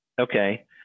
okay